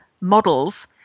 models